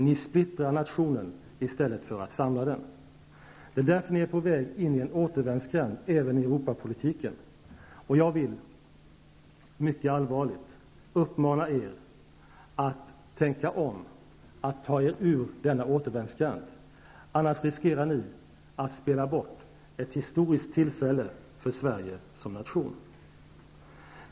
Ni splittrar nationen i stället för att samla den. Det är därför ni är på väg in i en återvändsgränd även i Europapolitiken. Jag vill mycket allvarligt uppmana er att tänka om, att ta er ur denna återvändsgränd. Annars riskerar ni att spela bort ett historiskt tillfälle för Sverige som nation.